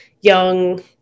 young